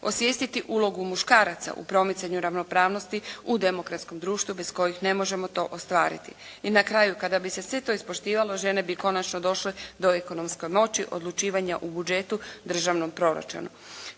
Osvijestiti ulogu muškaraca u promicanju ravnopravnosti u demokratskom društvu bez kojih ne možemo to ostvariti. I na kraju kada bi se sve to ispoštivalo žene bi konačno došle do ekonomske moći odlučivanja u budžetu državnom proračunu.